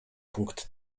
punkt